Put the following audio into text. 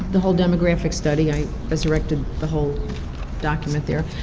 the whole demographic study, i resurrected the whole document there,